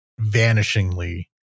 vanishingly